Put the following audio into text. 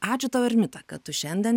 ačiū tau ermita kad tu šiandien